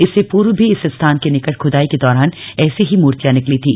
इससे पूर्व भी इस स्थान के निकट खुदाई के दौरान ऐसे ही मूर्तियां निकली थी